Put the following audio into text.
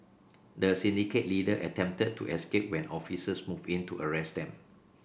the syndicate leader attempted to escape when officers moved in to arrest them